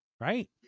right